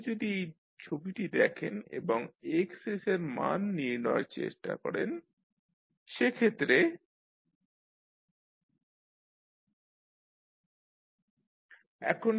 তাহলে যদি এই ছবিটি দেখেন এবং X এর মান নির্ণয় করার চেষ্টা করেন সেক্ষেত্রে XR1G1 R2G2R3G3